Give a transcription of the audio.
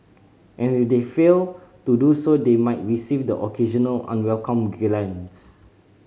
and if they fail to do so they might receive the occasional unwelcome glance